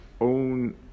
own